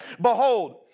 Behold